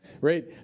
right